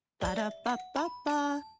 Ba-da-ba-ba-ba